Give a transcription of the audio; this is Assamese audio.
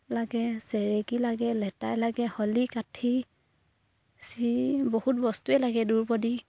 লাগে চেৰেকী লাগে লেটাই লাগে শলি কাঠি বহুত বস্তুৱে লাগে দোৰপতি